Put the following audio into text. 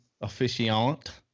officiant